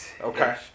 Okay